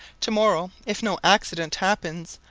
to-morrow, if no accident happens,